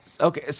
Okay